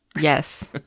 Yes